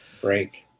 break